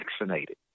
vaccinated